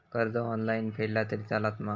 कर्ज ऑनलाइन फेडला तरी चलता मा?